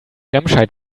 remscheid